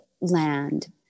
land